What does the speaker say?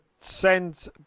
send